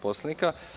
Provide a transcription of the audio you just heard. Poslovnika?